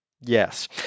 Yes